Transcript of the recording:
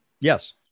Yes